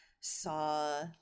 saw